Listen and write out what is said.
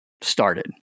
started